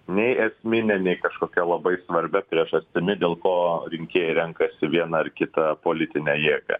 nei esmine nei kažkokia labai svarbia priežastimi dėl ko rinkėjai renkasi vieną ar kitą politinę jėgą